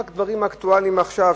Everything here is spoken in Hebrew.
רק דברים אקטואליים מעכשיו,